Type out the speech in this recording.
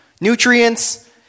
nutrients